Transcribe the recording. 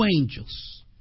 angels